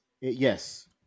yes